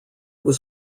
was